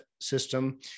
system